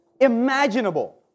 imaginable